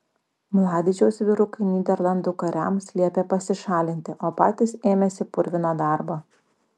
mladičiaus vyrukai nyderlandų kariams liepė pasišalinti o patys ėmėsi purvino darbo